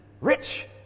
Rich